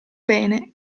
bene